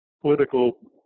political